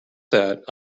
that